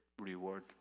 reward